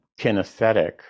kinesthetic